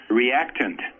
reactant